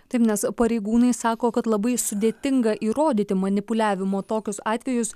taip nes pareigūnai sako kad labai sudėtinga įrodyti manipuliavimo tokius atvejus